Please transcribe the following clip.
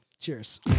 Cheers